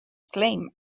claim